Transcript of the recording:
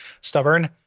stubborn